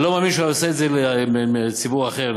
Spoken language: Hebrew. אני לא מאמין שהוא היה עושה את זה לציבור אחר,